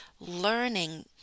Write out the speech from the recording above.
learning